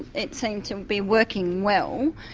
it seemed to be working well,